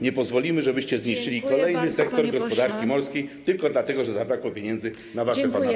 Nie pozwolimy, żebyście zniszczyli kolejny sektor gospodarki morskiej tylko dlatego, że zabrakło pieniędzy na wasze fanaberie.